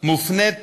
מופנית